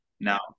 Now